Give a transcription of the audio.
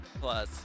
Plus